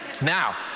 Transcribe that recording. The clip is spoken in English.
Now